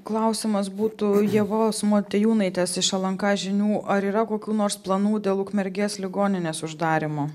klausimas būtų ievos motejūnaitės iš lnk žinių ar yra kokių nors planų dėl ukmergės ligoninės uždarymo